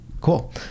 Cool